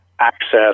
access